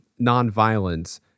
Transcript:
nonviolence